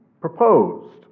proposed